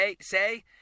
say